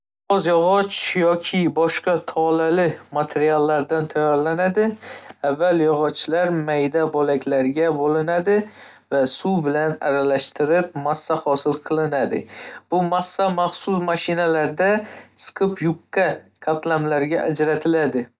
yog'och yoki boshqa tolali materiallardan tayyorlanadi. Avval yog'ochlar mayda bo‘laklarga bo‘linadi va suv bilan aralashtirib massa hosil qilinadi. Bu massa maxsus mashinalarda siqib, yupqa qatlamlarga ajratiladi.